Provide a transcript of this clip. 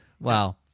Wow